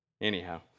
Anyhow